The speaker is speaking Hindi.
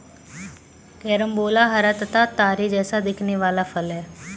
कैरंबोला हरा तथा तारे जैसा दिखने वाला फल है